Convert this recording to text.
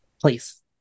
please